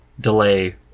delay